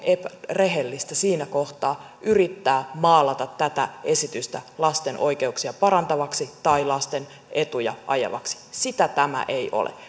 rehellistä siinä kohtaa yrittää maalata tätä esitystä lasten oikeuksia parantavaksi tai lasten etuja ajavaksi sitä tämä ei ole